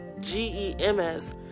G-E-M-S